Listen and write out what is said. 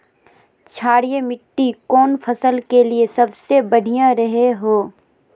क्षारीय मिट्टी कौन फसल के लिए सबसे बढ़िया रहो हय?